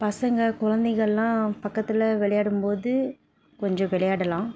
பசங்கள் குழந்தைகள்லாம் பக்கத்தில் விளையாடும்போது கொஞ்சம் விளையாடலாம்